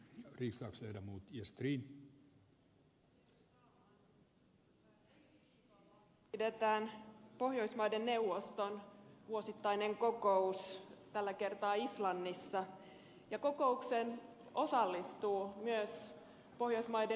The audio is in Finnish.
ensi viikolla pidetään pohjoismaiden neuvoston vuosittainen kokous tällä kertaa islannissa ja kokoukseen osallistuvat myös pohjoismaiden ulkoministerit